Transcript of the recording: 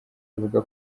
avuga